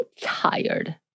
tired